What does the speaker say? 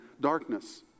darkness